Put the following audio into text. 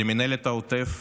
למינהלת העוטף,